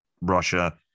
Russia